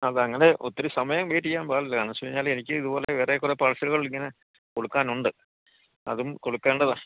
അതങ്ങനെ ഒത്തിരി സമയം വെയ്റ്റെയ്യാൻ പാടില്ല എന്നുവച്ചു കഴിഞ്ഞാല് എനിക്ക് ഇതുപോലെ വേറെ കുറേ പാഴ്സലുകൾ ഇങ്ങനെ കൊടുക്കാനുണ്ട് അതും കൊടുക്കേണ്ടതാണ്